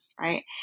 right